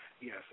Yes